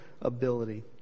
ability